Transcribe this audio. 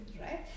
right